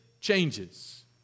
changes